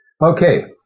Okay